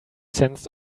sense